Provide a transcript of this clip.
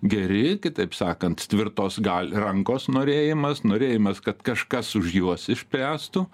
geri kitaip sakant tvirtos gal rankos norėjimas norėjimas kad kažkas už juos išspręstų